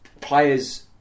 players